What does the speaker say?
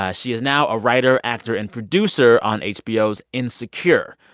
ah she is now a writer, actor and producer on hbo's insecure.